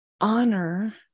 honor